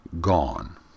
gone